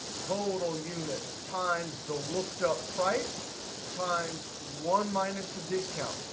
total units times the looked up price times one minus the discount,